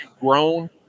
grown